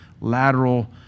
lateral